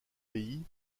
pays